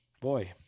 boy